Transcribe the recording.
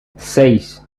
seis